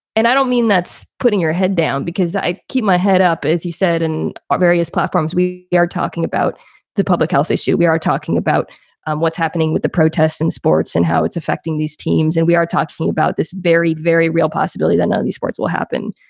and i don't mean that's putting your head down because i keep my head up, as you said, and various platforms. we yeah are talking about the public health issue. we are talking about um what's happening with the protests in sports and how it's affecting these teams. and we are talk flu about this very, very real possibility that none of these sports will happen.